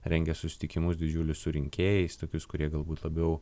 rengė susitikimus didžiulius su rinkėjais tokius kurie galbūt labiau